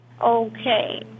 Okay